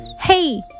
Hey